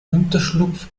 unterschlupf